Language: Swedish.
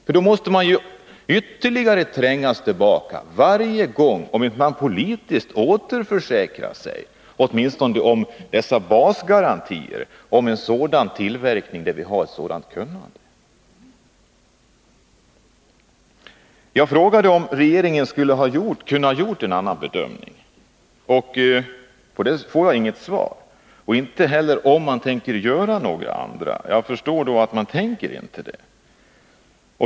Svensk industri kommer att ytterligare trängas tillbaka, om den inte politiskt återförsäkrar sig om åtminstone basgarantier för tillverkning på ett område där man besitter särskilt kunnande. Jag frågade om regeringen skulle ha kunnat göra en annan bedömning. På den frågan får jag inget svar, inte heller på frågan om regeringen tänker göra några andra bedömningar. Jag förstår då att man inte tänker göra det.